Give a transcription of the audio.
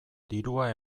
dirua